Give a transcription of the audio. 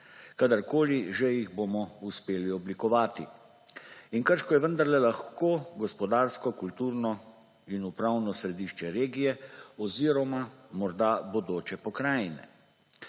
kadarkoli že jih bomo uspeli oblikovati. In Krško je vendarle lahko gospodarsko, kulturno in upravno središče regije oziroma morda bodoče pokrajine,